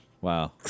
Wow